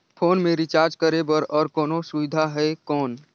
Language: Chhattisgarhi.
फोन मे रिचार्ज करे बर और कोनो सुविधा है कौन?